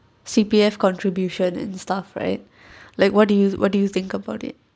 C_P_F contribution and stuff right like what do you what do you think about it